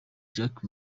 jack